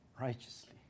righteously